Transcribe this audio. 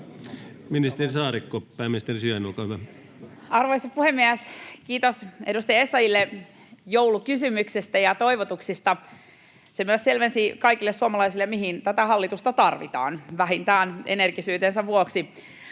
(Sari Essayah kd) Time: 16:57 Content: Arvoisa puhemies! Kiitos edustaja Essayahille joulukysymyksestä ja ‑toivotuksista. Se myös selvensi kaikille suomalaisille, mihin tätä hallitusta tarvitaan: vähintään energisyytensä vuoksi